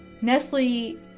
Nestle